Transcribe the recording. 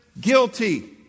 guilty